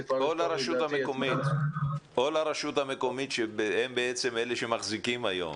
זה כבר -- או לרשות המקומית שהם בעצם אלה שמחזיקים היום.